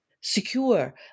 secure